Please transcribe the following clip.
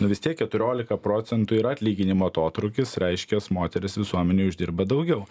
nu vis tiek keturiolika procentų yra atlyginimų atotrūkis reiškias moterys visuomenėj uždirba daugiau